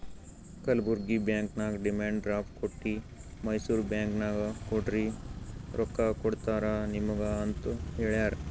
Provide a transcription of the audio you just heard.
Kalburgi bank ನಾಗ್ demand draft ಕೊಟ್ಟಿ Mysore bank ನಾಗ್ ಕೊಡ್ರಿ ರೊಕ್ಕಾ ಕೊಡ್ತಾರ ನಿಮುಗ ಅಂತ್ ಹೇಳ್ಯಾರ್